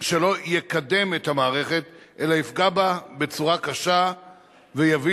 שלא יקדם את המערכת אלא יפגע בה בצורה קשה ויביא